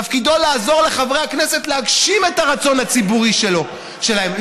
תפקידו לעזור לחברי הכנסת להגשים את הרצון הציבורי שלהם,